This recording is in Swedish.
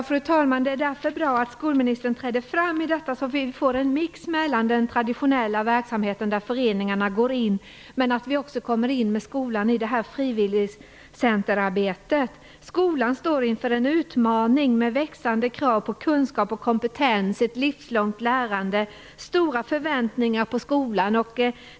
Fru talman! Det är bra att skolministern träder fram på detta sätt, så att vi får en mix mellan den traditionella verksamheten, där föreningarna går in, och frivilligcenterarbete i skolan. Skolan står inför en utmaning med växande krav på kunskap och kompetens samt ett livslångt lärande. Det ställer stora förväntningar på skolan.